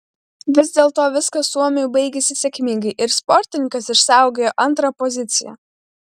vis dėlto viskas suomiui baigėsi sėkmingai ir sportininkas išsaugojo antrą poziciją